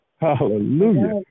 Hallelujah